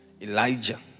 Elijah